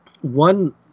one